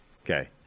Okay